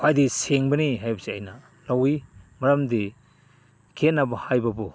ꯈ꯭ꯋꯥꯏꯗꯒꯤ ꯁꯦꯡꯕꯅꯦ ꯍꯥꯏꯕꯁꯤ ꯑꯩꯅ ꯂꯧꯋꯤ ꯃꯔꯝꯗꯤ ꯈꯦꯠꯅꯕ ꯍꯥꯏꯕꯕꯨ